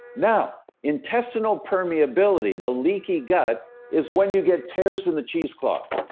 now, intestinal permeability the leaky gut, is when you get tears in the cheese cloth.